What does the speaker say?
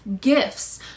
gifts